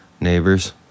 Neighbors